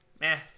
meh